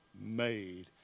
made